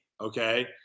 okay